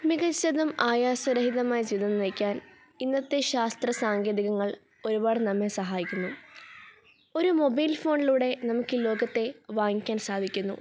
മികച്ചതും ആയാസരഹിതമായ ജീവിതം നയിക്കാൻ ഇന്നത്തെ ശാസ്ത്രസാങ്കേതികങ്ങൾ ഒരുപാട് നമ്മെ സഹായിക്കുന്നു ഒരു മൊബൈൽ ഫോണിലൂടെ നമുക്കീ ലോകത്തെ വാങ്ങിക്കാൻ സാധിക്കുന്നു